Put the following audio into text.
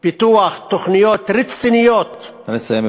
פיתוח תוכניות רציניות, נא לסיים.